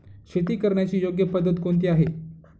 शेती करण्याची योग्य पद्धत कोणती आहे?